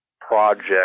project